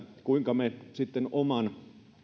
kuinka me sitten oman